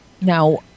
Now